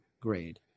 grade